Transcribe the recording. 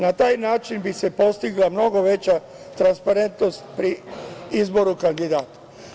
Na taj način bi se postigla mnogo veća transparentnost pri izboru kandidata.